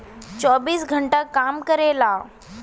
चौबीस घंटा काम करेला